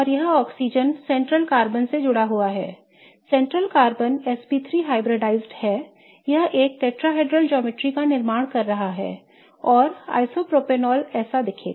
और यह oxygen central carbon से जुड़ा हुआ है सेंट्रल कार्बन sp3 hybridized है यह एक टेट्राहेड्रल ज्यामिति का निर्माण कर रहा है और आइसोप्रोपेनॉल ऐसा दिखेगा